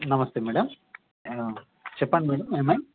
నమస్తే మేడం చెప్పండి మేడం ఏమైంది